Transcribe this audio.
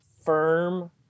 firm